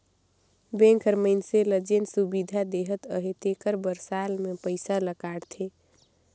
bank हर मइनसे ल जेन सुबिधा देहत अहे तेकर बर साल में पइसा ल काटथे